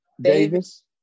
Davis